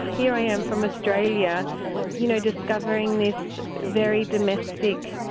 here i am from australia you know discovering this very domestic,